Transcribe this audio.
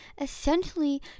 essentially